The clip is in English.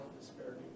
disparity